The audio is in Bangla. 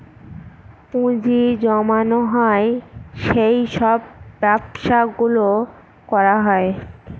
পুঁজি জমানো হয় সেই সব ব্যবসা গুলো করা হয়